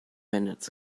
minutes